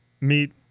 meet